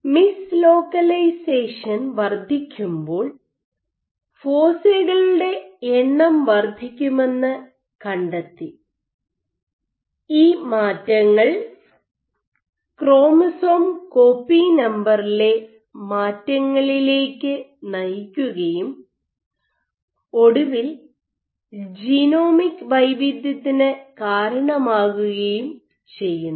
mislocalisation വർദ്ധിക്കുമ്പോൾ ഫോസൈകളുടെ എണ്ണം വർദ്ധിക്കുമെന്ന് കണ്ടെത്തി ഈ മാറ്റങ്ങൾ ക്രോമസോം കോപ്പി നമ്പറിലെ മാറ്റങ്ങളിലേക്ക് നയിക്കുകയും ഒടുവിൽ ജീനോമിക് വൈവിധ്യത്തിന് കാരണമാകുകയും ചെയ്യുന്നു